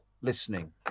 listening